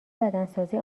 بدنسازی